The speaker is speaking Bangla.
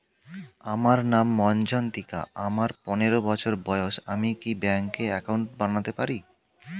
আমার নাম মজ্ঝন্তিকা, আমার পনেরো বছর বয়স, আমি কি ব্যঙ্কে একাউন্ট বানাতে পারি?